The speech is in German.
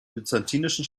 byzantinischen